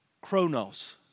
chronos